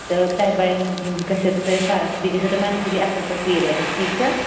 تہٕ تۄہہِ بنہِ گژھیو تۄہہِ فرق بیٚیہِ گژھیو تۄہہِ منتھلی اصٕل پٲٹھۍ پیٖرڈٕس ٹھیٖک چھےٚ